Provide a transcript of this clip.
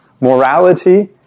morality